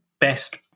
best